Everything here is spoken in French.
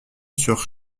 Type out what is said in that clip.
sur